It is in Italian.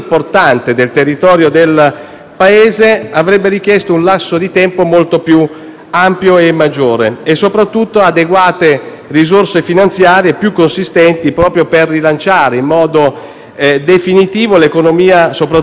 del Paese avrebbe richiesto un lasso di tempo molto più ampio e maggiore, e soprattutto adeguate risorse finanziarie, più consistenti per rilanciare in modo definitivo l'economia, soprattutto turistica, delle isole